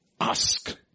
ask